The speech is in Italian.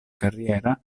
carriera